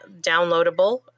downloadable